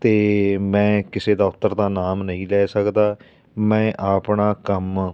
ਅਤੇ ਮੈਂ ਕਿਸੇ ਦਫਤਰ ਦਾ ਨਾਮ ਨਹੀਂ ਲੈ ਸਕਦਾ ਮੈਂ ਆਪਣਾ ਕੰਮ